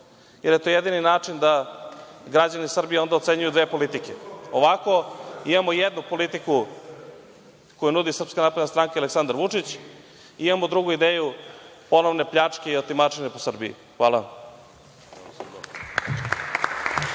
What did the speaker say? jer je to jedini način da građani Srbije onda ocenjuju dve politike. Ovako imamo jednu politiku koju nudi SNS i Aleksandar Vučić i imamo drugu ideju ponovne pljačke i otimačine po Srbiji. Hvala